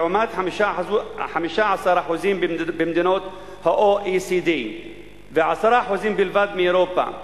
לעומת 15% במדינות ה-OECD ו-10% בלבד מאירופה.